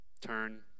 turn